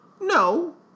No